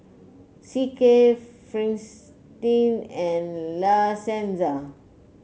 C K Fristine and La Senza